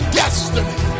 destiny